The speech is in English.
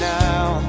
now